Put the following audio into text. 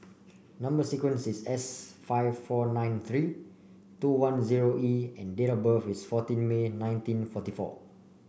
number sequence is S five four nine three two one zero E and date of birth is fourteen May nineteen forty four